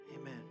Amen